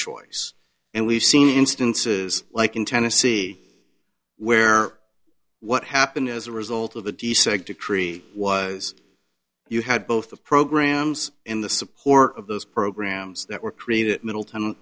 choice and we've seen instances like in tennessee where what happened as a result of a decent decree was you had both the programs in the support of those programs that were created at middleto